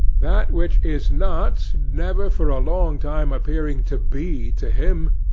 that which is not never for a long time appearing to be to him,